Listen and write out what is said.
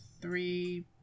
three